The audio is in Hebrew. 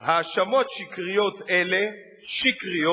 "האשמות שקריות אלה" שקריות,